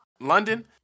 London